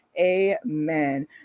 amen